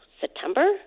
September